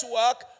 work